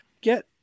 get